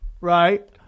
right